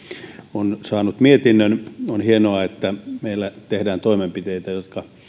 on saanut mietinnön on hienoa että meillä tehdään toimenpiteitä jotka